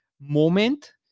moment